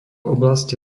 oblasti